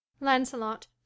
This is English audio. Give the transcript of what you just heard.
Lancelot